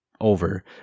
over